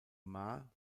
maar